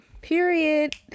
Period